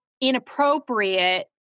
inappropriate